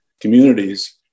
communities